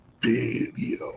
video